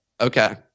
Okay